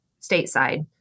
stateside